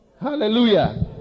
hallelujah